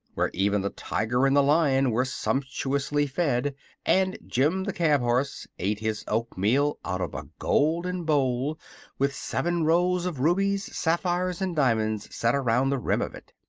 where even the tiger and the lion were sumptuously fed and jim the cab-horse ate his oatmeal out of a golden bowl with seven rows of rubies, sapphires and diamonds set around the rim of it.